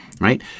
right